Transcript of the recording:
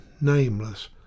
nameless